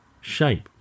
shape